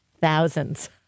thousands